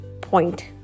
point